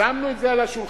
שמנו את זה על השולחן.